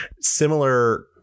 similar